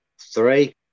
three